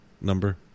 number